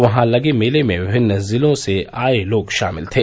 वहां लगे मेले में विभिन्न जिलों से आये लोग शामिल थे